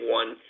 one